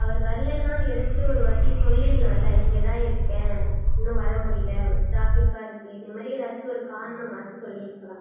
அவர் வர்லைன்னா எடுத்து ஒரு வாட்டி சொல்லிடலால இங்கே தான் இருக்கேன் இன்னும் வர முடியல டிராஃபிக்காக இருக்குது இதேமாரி ஏதாச்சும் ஒரு காரணமாச்சும் சொல்லியிருக்குலாம்